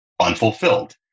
unfulfilled